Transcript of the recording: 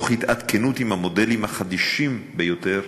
תוך התעדכנות במודלים החדישים ביותר